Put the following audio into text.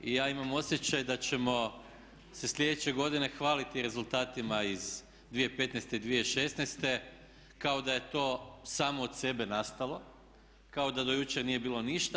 Ja imam osjećaj da ćemo se sljedeće godine hvaliti rezultatima iz 2015. i 2016. kao da je to samo od sebe nastalo, kao da do jučer nije bilo ništa.